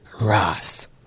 Ross